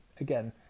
again